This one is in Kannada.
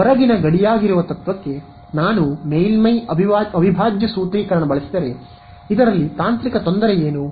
ಹೊರಗಿನ ಗಡಿಯಾಗಿರುವ ತತ್ವಕ್ಕೆ ನಾನು ಮೇಲ್ಮೈ ಅವಿಭಾಜ್ಯ ಸೂತ್ರೀಕರಣ ಬಳಸಿದರೆ ಇದರಲ್ಲಿ ತಾಂತ್ರಿಕ ತೊಂದರೆ ಏನು